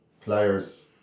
players